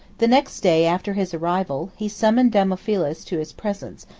the next day after his arrival, he summoned damophilus to his presence,